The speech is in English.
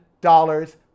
dollars